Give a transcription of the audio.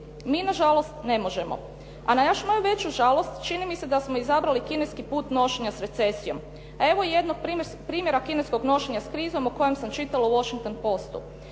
Mi nažalost ne možemo. A na još moju veću žalost čini mi se da samo izabrali kineski put nošenja s recesijom. A evo i jednog primjera kineskog nošenja s krizom o kojem sam čitala u "Washington Postu".